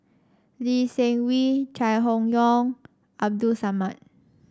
Lee Seng Wee Chai Hon Yoong Abdul Samad